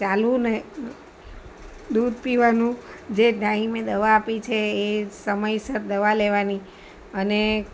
ચાલવુંને દૂધ પીવાનું અને જે ટાઈમે દવા આપી છે એ સમયસર દવા લેવાની અને